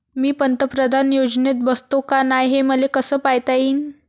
मी पंतप्रधान योजनेत बसतो का नाय, हे मले कस पायता येईन?